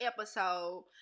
episode